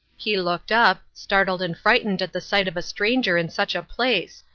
he looked up, startled and frightened at the sight of a stranger in such a place,